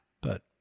but-